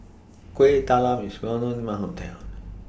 Kueh Talam IS Well known in My Hometown